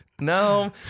No